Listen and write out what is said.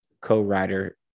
co-writer